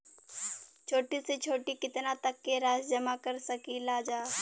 छोटी से छोटी कितना तक के राशि जमा कर सकीलाजा?